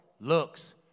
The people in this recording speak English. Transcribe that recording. looks